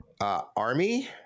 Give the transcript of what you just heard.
ARMY